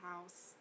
house